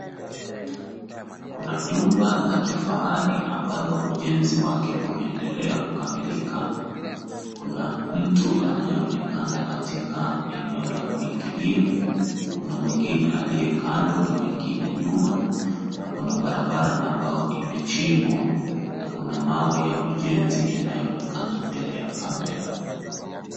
Kuna jumba la kifahari ambalo ujenzi wake unaendelea kukamilika. Kuna mtu anayeonekana katika eneo la kuingilia, kuna mwingine aliye kando na wengine nyuma na kuna barabara ambao imechimbwa na kuna mawe ya ujenzi yanayoonekana mbele ya kamera.